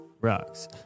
Rocks